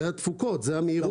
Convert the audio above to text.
זה התפוקות, זה המהירות.